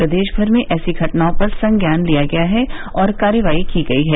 प्रदेश भर में ऐसी घटनाओं पर संज्ञान लिया गया है और कार्रवाई की गई है